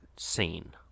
scene